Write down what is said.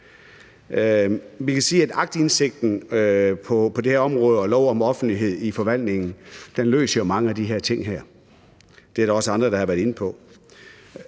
Vi kan sige, at aktindsigten på det her område og lov om offentlighed i forvaltningen løser mange af de her ting. Det er der også andre, der har været inde på.